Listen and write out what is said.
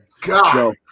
God